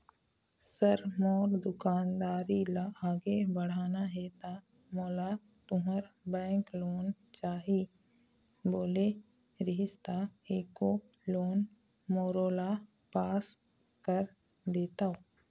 Sir मोर दुकानदारी ला आगे बढ़ाना हे ता मोला तुंहर बैंक लोन चाही बोले रीहिस ता एको लोन मोरोला पास कर देतव?